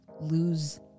lose